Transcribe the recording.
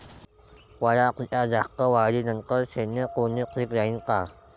पराटीच्या जास्त वाढी नंतर शेंडे तोडनं ठीक राहीन का?